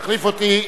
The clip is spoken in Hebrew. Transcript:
מס'